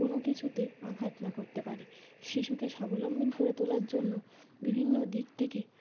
কোনো কিছুতে আঘাত না করতে পারি শিশুকে স্বাবলম্বী করে তোলার জন্য বিভিন্ন দিক থেকে